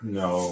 no